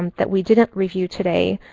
that we didn't review today,